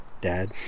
Dad